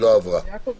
הצבעה